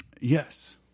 Yes